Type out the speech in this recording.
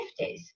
50s